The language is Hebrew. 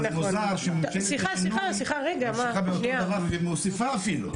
אבל מוזר שממשלת השינוי ממשיכה באותו דבר ומוסיפה אפילו.